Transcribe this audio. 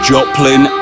Joplin